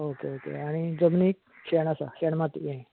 okay okay आनी जमनीक शेण आसा शेण मारती हे